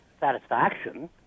Satisfaction